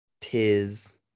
tis